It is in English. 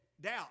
doubt